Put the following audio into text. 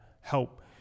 help